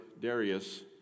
Darius